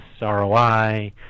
ROI